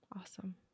Awesome